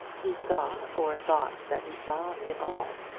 he saw, or thought that he saw, it all.